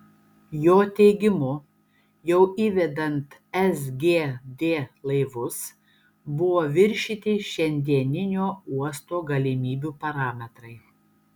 jo teigimu jau įvedant sgd laivus buvo viršyti šiandieninio uosto galimybių parametrai